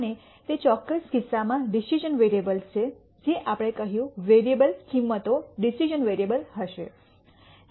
અને તે ચોક્કસ કિસ્સા માં ડિસિશ઼ન વેરીઅબલ છે આપણે કહ્યું વેરીઅબલ કિંમતો ડિસિશ઼ન વેરીઅબલ હશે